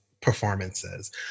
performances